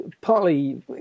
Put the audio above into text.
Partly